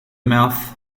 mouth